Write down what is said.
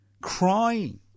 Crying